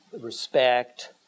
respect